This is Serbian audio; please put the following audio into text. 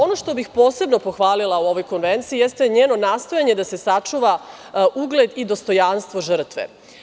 Ono što bih posebno pohvalila u ovoj konvenciji jeste njeno nastojanje da se sačuva ugled i dostojanstvo žrtve.